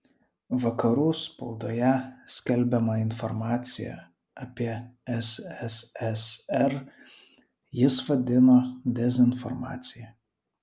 vakarų spaudoje skelbiamą informaciją apie sssr jis vadino dezinformacija